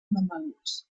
mamelucs